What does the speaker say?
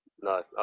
No